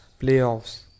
playoffs